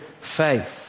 faith